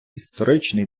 історичний